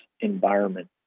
environment